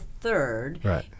third